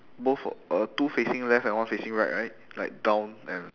both o~ uh two facing left and one facing right right like down and